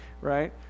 right